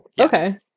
okay